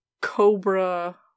cobra